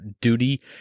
Duty